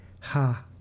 Ha